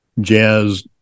jazz